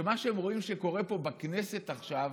שמה שהם רואים שקורה פה בכנסת עכשיו,